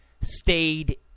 stayed